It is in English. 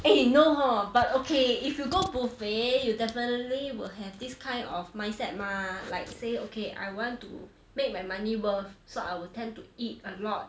eh no hor but okay if you go buffet you definitely will have this kind of mindset mah like say okay I want to make my money worth so I will tend to eat a lot